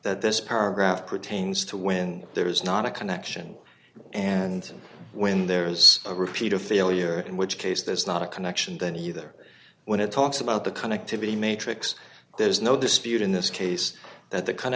that this paragraph pertains to when there is not a connection and when there's a repeat of failure in which case there's not a connection then either when it talks about the connectivity matrix there's no dispute in this case that the